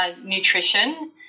nutrition